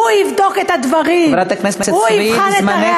הוא יבדוק את הדברים, חברת הכנסת סויד, זמנך